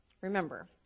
Remember